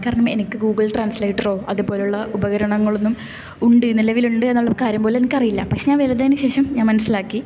കാരണം എനിക്ക് ഗൂഗിൾ ട്രാൻസ്ലേറ്ററോ അതുപോലൊള്ള ഉപകരണങ്ങളൊന്നും ഉണ്ട് നിലവിലുണ്ട് എന്നുള്ള കാര്യം പോലും എനക്ക് അറിയില്ല പക്ഷെ ഞാൻ വലുതായതിന് ശേഷം ഞാൻ മനസ്സിലാക്കി